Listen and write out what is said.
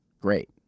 great